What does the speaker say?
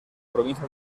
provincia